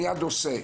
מייד עושה.